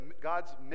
God's